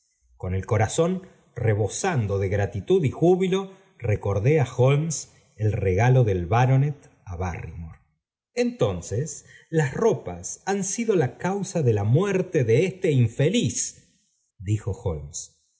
con el corazón rebosando de gratitud y júbilo recordó á holmes el regalo del baronet á barrymore entonces las ropas han sido la causa do la muerte de este infeliz dijo